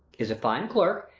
is a fine clerk,